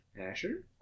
Asher